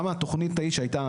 גם התוכנית ההיא שהייתה,